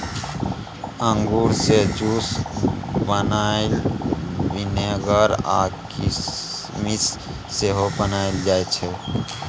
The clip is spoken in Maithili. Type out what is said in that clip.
अंगुर सँ जुस, बाइन, बिनेगर आ किसमिस सेहो बनाएल जाइ छै